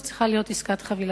זו צריכה להיות עסקת חבילה,